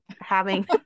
having-